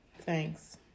Thanks